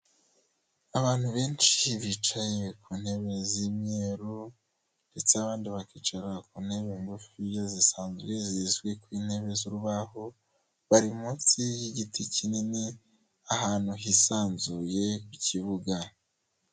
Abantu benshi bicaye ku ntebe z'imyeru ndetse abandi bakicara ku ntebe ngufiya zisanzwe zizwi ku ntebe z'urubaho, bari munsi y'igiti kinini ahantu hisanzuye ku kibuga.